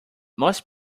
most